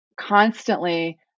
constantly